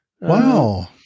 Wow